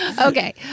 Okay